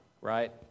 right